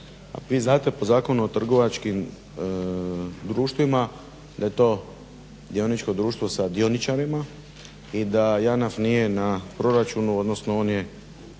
vi znate po Zakonu o trgovačkim društvima da je to dioničko društvo sa dioničarima i da JANAF nije na proračunu odnosno on je